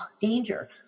danger